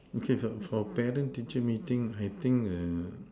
okay so for parent tuition teacher meeting I think err